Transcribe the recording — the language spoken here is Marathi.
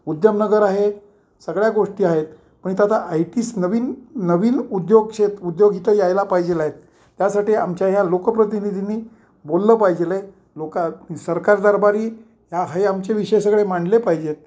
उद्यमनगर आहे सगळ्या गोष्टी आहेत पण इथं आता आय टी स नवीन नवीन उद्योगक्षेत उद्योग इथं यायला पाहिजे आहेत त्यासाठी आमच्या ह्या लोकप्रतिनिधीनी बोललं पाहिजेलंय लोक सरकार दरबारी ह हे आमचे विषय सगळे मांडले पाहिजेत